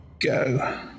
go